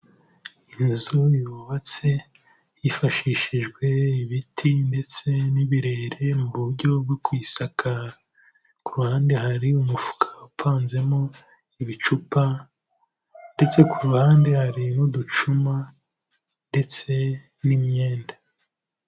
Inzu yubatse hifashishijwe ibiti ndetse n'ibirere mu buryo bwo kuyisakara, ku ruhande hari umufuka upanzemo ibicupa ndetse ku ruhande hari n'uducuma ndetse n'imyenda.